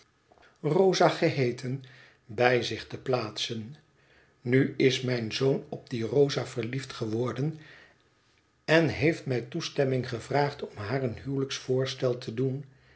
rosa geheeten bij zich te plaatsen nu is mijn zoon op die rosa verliefd geworden en heeft mij toestemming gevraagd om haar een huwelijksvoorstel te doen